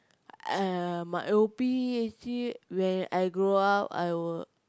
uh my actually when I grow up I will